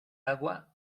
agua